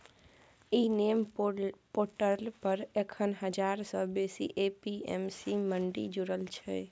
इ NAM portal पर एखन हजार सँ बेसी ए.पी.एम.सी मंडी जुरल छै